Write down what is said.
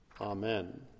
Amen